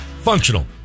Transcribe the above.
functional